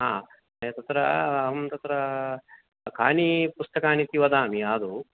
हा तत्र अहं तत्र कानि पुस्तकानि इति वदामि आदौ